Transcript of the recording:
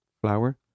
flour